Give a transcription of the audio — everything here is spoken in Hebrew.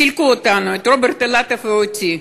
סילקו אותנו, את רוברט אילטוב ואותי,